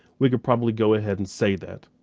we could probably go ahead and say that.